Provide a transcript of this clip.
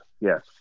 Yes